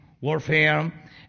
warfare